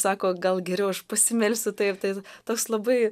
sako gal geriau aš pasimelsiu taip tai toks labai